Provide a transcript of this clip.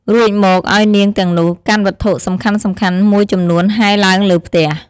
រួចមកឱ្យនាងទាំងនោះ កាន់វត្ថុសំខាន់ៗមួយចំនួនហែរឡើងលើផ្ទះ។